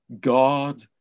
God